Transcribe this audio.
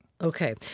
Okay